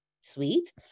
Sweet